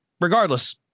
Regardless